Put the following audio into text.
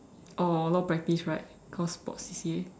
or a lot of practice right because sports C_C_A